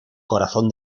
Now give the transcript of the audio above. corazón